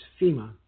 FEMA